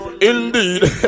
Indeed